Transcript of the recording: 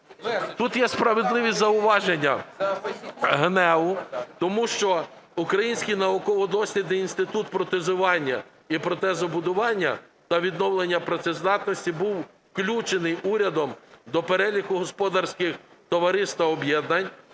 Тут є справедливі зауваження ГНЕУ, тому що Український науково-дослідний інститут протезування і протезобудування та відновлення працездатності був включений урядом до переліку господарських товариств та об'єднань,